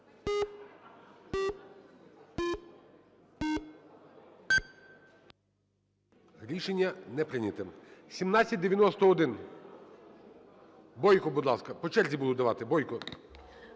Рішення не прийнято. 1791. Бойко, будь ласка. По черзі буду давати. Бойко.